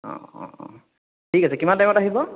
অ' অ' ঠিক আছে কিমান টাইমত আহিব